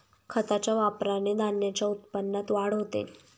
खताच्या वापराने धान्याच्या उत्पन्नात वाढ होते